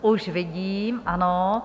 Už vidím, ano.